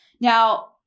Now